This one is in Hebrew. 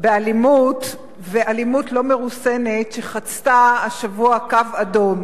באלימות ואלימות לא מרוסנת שחצתה קו אדום.